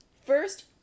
First